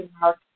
mark